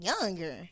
younger